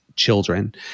children